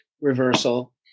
reversal